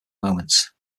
moments